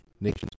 nations